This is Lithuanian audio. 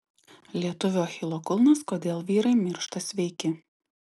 lietuvių achilo kulnas kodėl vyrai miršta sveiki